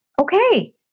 Okay